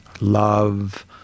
love